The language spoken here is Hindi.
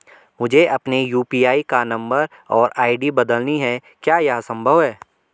मुझे अपने यु.पी.आई का नम्बर और आई.डी बदलनी है क्या यह संभव है?